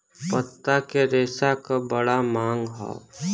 पत्ता के रेशा क बड़ा मांग हौ